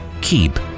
keep